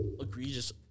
egregious